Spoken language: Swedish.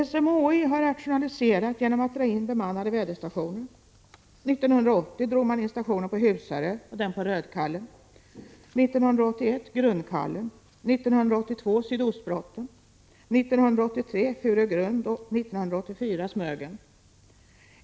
SMHI har rationaliserat genom att dra in bemannade väderstationer. 1980 drog man in stationerna på Husarö och Rödkallen, 1981 Grundkallen, 1982 Sydostbrotten, 1983 Furuögrund och 1984 Smögen.